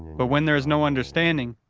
but when there is no understanding,